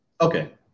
Okay